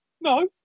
No